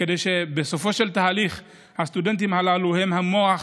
בסופו של התהליך הסטודנטים הללו הם המוח